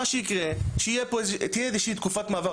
מה שיקרה הוא שתהיה איזושהי תקופת מעבר,